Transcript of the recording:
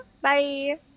Bye